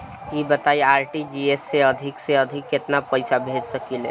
ई बताईं आर.टी.जी.एस से अधिक से अधिक केतना पइसा भेज सकिले?